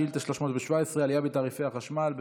שאילתה 317: עלייה בתעריפי החשמל.